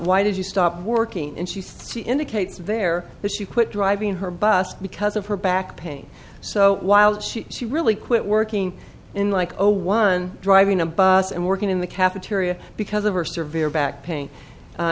why did you stop working and she indicates there the she quit driving her bus because of her back pain so while she she really quit working in like no one driving a bus and working in the cafeteria because of her surveyor back pain